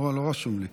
לא רשום לי.